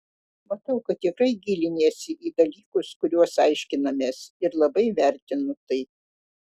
matau kad tikrai giliniesi į dalykus kuriuos aiškinamės ir labai vertinu tai